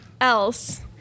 else